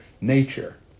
nature